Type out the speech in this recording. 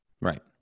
right